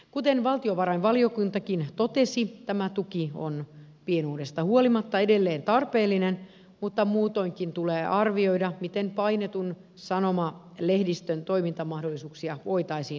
kuten valtiovarainvaliokuntakin totesi tämä tuki on pienuudestaan huolimatta edelleen tarpeellinen mutta muutoinkin tulee arvioida miten painetun sanomalehdistön toimintamahdollisuuksia voitaisiin vahvistaa